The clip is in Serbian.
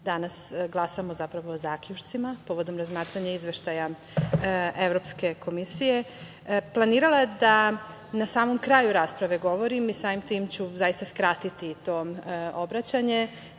danas glasamo zapravo o zaključcima povodom razmatranja Izveštaja Evropske komisije, planirala da na samom kraju rasprave govorim, samim tim ću zaista skratiti to obraćanje,